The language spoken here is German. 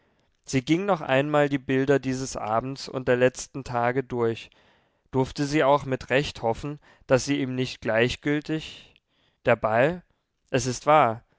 sie ging noch einmal die bilder dieses abends und der letzten tage durch durfte sie auch mit recht hoffen daß sie ihm nicht gleichgültig der ball es ist wahr